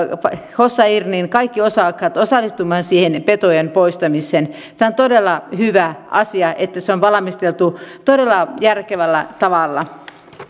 hossa irnin kaikki osakkaat osallistumaan siihen petojen poistamiseen tämä on todella hyvä asia että se on valmisteltu todella järkevällä tavalla